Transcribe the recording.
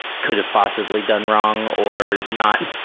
could have possibly done wrong or not,